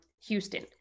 Houston